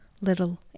little